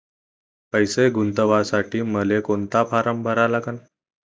पैसे गुंतवासाठी मले कोंता फारम भरा लागन?